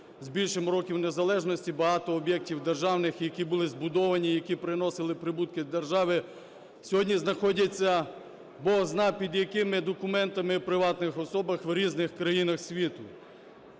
з більшим років незалежності багато об'єктів державних, які були збудовані, які приносили прибутки державі, сьогодні знаходяться, Бог знає, під якими документами в приватних особах в різних країнах світу.